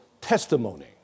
testimony